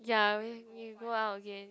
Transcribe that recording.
ya we we go out again